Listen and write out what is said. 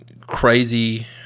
crazy